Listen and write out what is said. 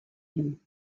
you